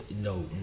no